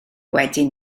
wedyn